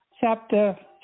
chapter